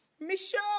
Michelle